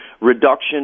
reduction